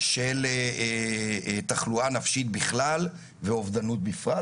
של תחלואה נפשית בכלל ואובדנות בפרט,